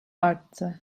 arttı